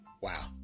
wow